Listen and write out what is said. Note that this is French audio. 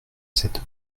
cette